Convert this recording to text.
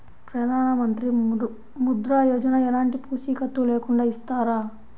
ప్రధానమంత్రి ముద్ర యోజన ఎలాంటి పూసికత్తు లేకుండా ఇస్తారా?